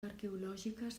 arqueològiques